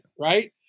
right